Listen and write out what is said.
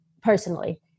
personally